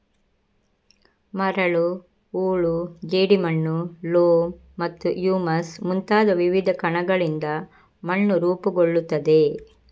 ಮರಳು, ಹೂಳು, ಜೇಡಿಮಣ್ಣು, ಲೋಮ್ ಮತ್ತು ಹ್ಯೂಮಸ್ ಮುಂತಾದ ವಿವಿಧ ಕಣಗಳಿಂದ ಮಣ್ಣು ರೂಪುಗೊಳ್ಳುತ್ತದೆ